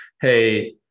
hey